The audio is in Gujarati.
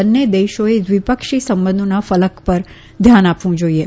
બંને દેશોએ દ્વિપક્ષી સંબંધોના ફલક પર ધ્યાન આપવું જોઈએ